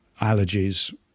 allergies